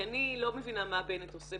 כי אני לא מבינה מה בנט עושה,